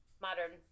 modern